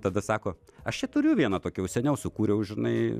tada sako aš čia turiu vieną tokią jau seniau sukūriau žinai